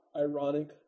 ironic